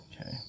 Okay